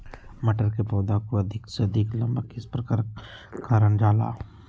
मटर के पौधा को अधिक से अधिक लंबा किस प्रकार कारण जाला?